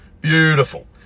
beautiful